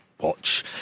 watch